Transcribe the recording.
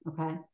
Okay